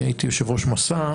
אני הייתי יושב ראש 'מסע',